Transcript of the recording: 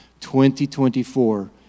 2024